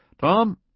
Tom